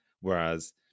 Whereas